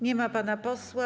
Nie ma pana posła.